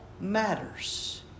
matters